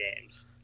games